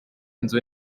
inzu